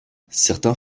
certains